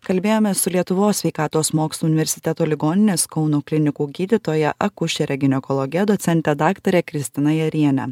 kalbėjomės su lietuvos sveikatos mokslų universiteto ligoninės kauno klinikų gydytoja akušere ginekologe docente daktare kristina jariene